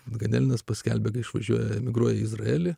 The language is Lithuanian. ganelinas paskelbia kad išvažiuoja emigruoja į izraelį